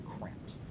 cramped